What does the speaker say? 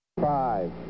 Five